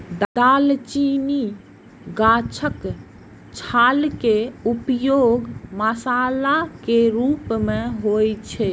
दालचीनी गाछक छाल के उपयोग मसाला के रूप मे होइ छै